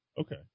Okay